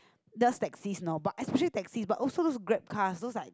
the taxis know but actually taxi but also looks Grab car so like the taxi know